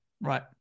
Right